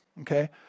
Okay